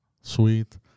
Sweet